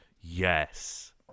Yes